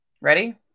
Ready